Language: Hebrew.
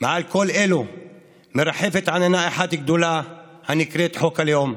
מעל כל אלו מרחפת עננה אחת גדולה הנקראת חוק הלאום,